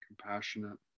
compassionate